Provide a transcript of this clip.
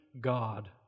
God